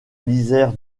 lisière